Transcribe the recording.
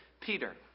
Peter